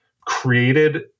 created